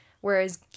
whereas